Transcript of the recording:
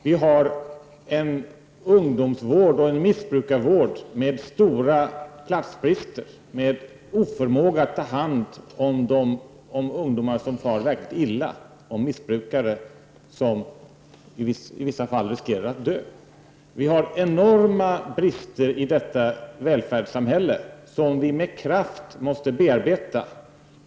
Vi har en ungdomsvård och en missbrukarvård med stora platsbrister, med oförmåga att ta hand om ungdomar som far verkligt illa och om missbrukare som i vissa fall riskerar att dö. Vi har i detta välfärdssamhälle enorma brister, som vi med kraft måste bearbeta.